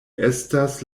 estas